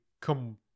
Come